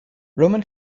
roman